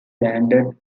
landed